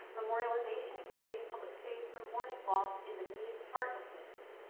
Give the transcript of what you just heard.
memorialization and creating public space for mourning loss is a needed part of this.